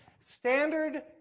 Standard